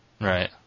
Right